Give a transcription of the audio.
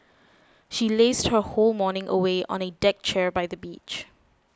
she lazed her whole morning away on a deck chair by the beach